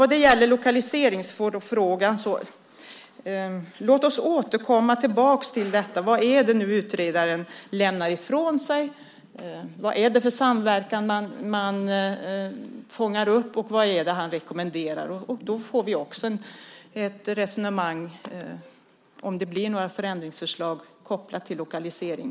Vad gäller lokaliseringsfrågan: Låt oss återkomma till detta. Vad är det nu utredaren lämnar ifrån sig? Vad är det för samverkan man fångar upp, och vad är det han rekommenderar? Då får vi också ett resonemang om det blir några förändringsförslag kopplade till lokalisering.